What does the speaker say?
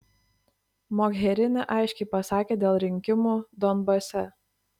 mogherini aiškiai pasakė dėl rinkimų donbase